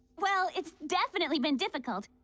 well, it's definitely been difficult